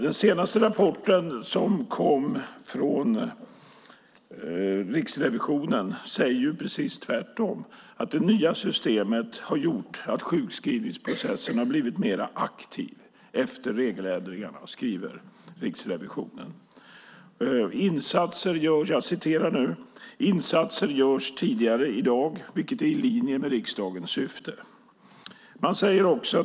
Den senaste rapport som kom från Riksrevisionen säger precis det motsatta om det nya systemet. "Sjukskrivningsprocessen har blivit mer aktiv efter regeländringarna", skriver Riksrevisionen. "Insatser görs tidigare i dag, vilket är i linje med riksdagens syfte.